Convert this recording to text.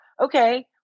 okay